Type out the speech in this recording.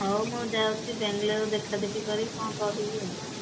ହଉ ମୁଁ ଯାଉଛି ବାଙ୍ଗାଲୋର୍ରେ ଦେଖାଦେଖି କରିକି କ'ଣ କହିବି ଆଉ